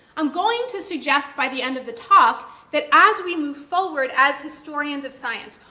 i'm going to suggest by the end of the talk, that, as we move forward as historians of science,